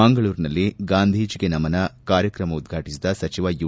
ಮಂಗಳೂರಿನಲ್ಲಿ ಗಾಂಧೀಜಿಗೆ ನಮನ ಕಾರ್ಯಕ್ರಮ ಉದ್ಘಾಟಿಸಿದ ಸಚಿವ ಯು